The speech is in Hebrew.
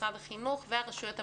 משרד החינוך והרשויות המקומיות.